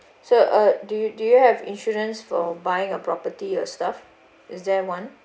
so uh do you do you have insurance for buying a property or stuff is there one